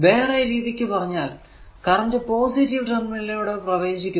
വേറെ രീതിക്കു പറഞ്ഞാൽ കറന്റ് പോസിറ്റീവ് ടെർമിനൽ ലൂടെ പ്രവേശിക്കുന്നു